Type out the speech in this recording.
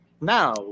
now